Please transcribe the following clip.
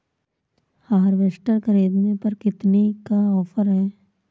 Harvester ख़रीदने पर कितनी का ऑफर है?